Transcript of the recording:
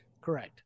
Correct